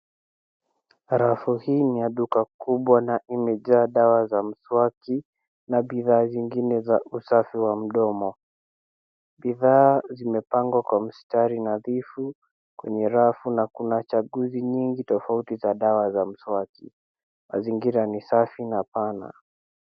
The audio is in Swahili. Rafu hii ni ya duka kubwa na imejaa dawa za mswaki na bidhaa zingine za usafi wa mdomo. Bidhaa zimepangwa kwa mstari na dhifu kwenye rafu na kuna changuzi nyingi tofauti za dawa za mswaki, mazingira ni safi na pana.